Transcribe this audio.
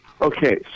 Okay